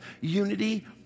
unity